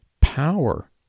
Power